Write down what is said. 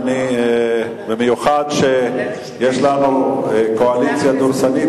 במיוחד שיש לנו קואליציה דורסנית,